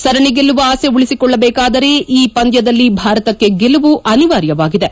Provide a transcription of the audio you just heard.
ಸರಣಿ ಗೆಲ್ಲುವ ಆಸೆ ಉಳಿಸಿಕೊಳ್ಳಬೇಕಾದರೆ ಈ ಪಂದ್ಲದಲ್ಲಿ ಭಾರತಕ್ಕೆ ಗೆಲುವು ಅನಿವಾರ್ಯವಾಗಿದೆ